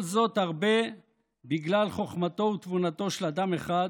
כל זאת הרבה בגלל חוכמתו ותבונתו של אדם אחד,